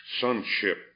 sonship